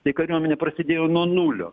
tai kariuomenė prasidėjo nuo nulio